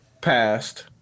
passed